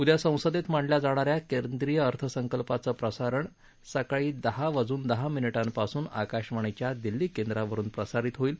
उद्या संसदेत मांडल्या जाणाऱ्या केंद्रीय अर्थसंकल्पाचं प्रसारण उद्या सकाळी दहा वाजून दहा मिनिटांपासून आकाशवाणीच्या दिल्ली केंद्रावरुन प्रसारित होईल